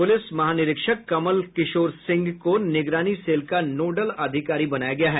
police महानिरीक्षक कमल किशोर सिंह को निगरानी सेल का नोडल अधिकारी बनाया गया है